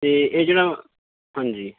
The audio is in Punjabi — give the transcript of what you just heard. ਅਤੇ ਇਹ ਜਿਹੜਾ ਹਾਂਜੀ